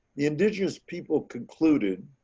the indigenous people concluded.